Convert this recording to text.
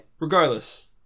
Regardless